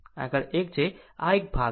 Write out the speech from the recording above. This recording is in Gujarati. આગળ એક તે છે આ આ એક ભાગ છે